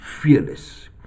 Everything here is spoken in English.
fearless